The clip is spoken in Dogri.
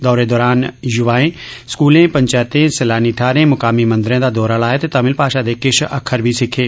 दौरे दौरान युवाएं स्कूलें पंचायतें सैलानी थहारें मुकामी मंदरें दा दौरा लाया ते तमिल भाषा दे किश अक्खर बी सिक्खे